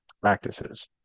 practices